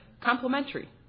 complementary